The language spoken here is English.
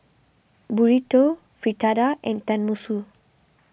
Burrito Fritada and Tenmusu